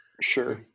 sure